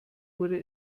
wurde